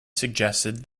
suggested